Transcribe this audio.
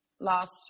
last